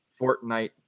Fortnite